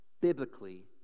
biblically